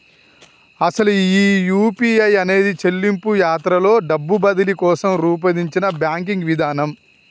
అసలు ఈ యూ.పీ.ఐ అనేది చెల్లింపు యాత్రలో డబ్బు బదిలీ కోసం రూపొందించిన బ్యాంకింగ్ విధానం